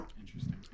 Interesting